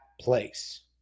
place